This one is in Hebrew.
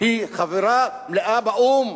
היא חברה מלאה באו"ם.